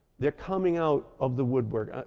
they're coming out of the woodwork.